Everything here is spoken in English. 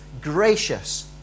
gracious